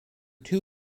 two